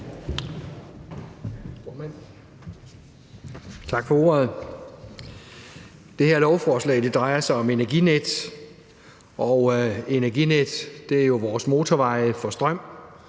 Tak for ordet, formand. Det her lovforslag drejer sig om Energinet, og Energinet er jo vores motorveje for strøm,